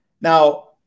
Now